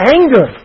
Anger